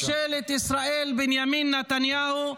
דורשים מראש ממשלת ישראל בנימין נתניהו,